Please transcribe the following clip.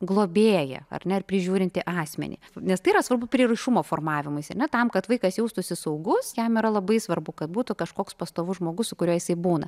globėją ar ne ar prižiūrintį asmenį nes tai yra svarbu prieraišumo formavimuisi ne tam kad vaikas jaustųsi saugus jam yra labai svarbu kad būtų kažkoks pastovus žmogus su kuriuo jisai būna